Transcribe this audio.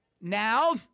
Now